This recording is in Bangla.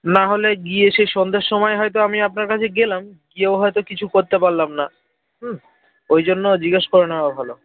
নাহলে গিয়ে সে সন্ধের সময় হয়তো আমি আপনার কাছে গেলাম গিয়েও হয়তো কিছু করতে পারলাম না হুম ওই জন্য জিজ্ঞেস করে নেওয়া ভালো